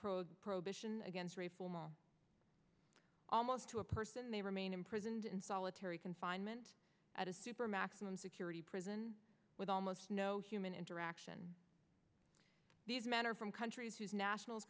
pro prohibition against rape almost to a person they remain imprisoned in solitary confinement at a super maximum security prison with almost no human interaction these men are from countries whose nationals